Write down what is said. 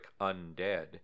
undead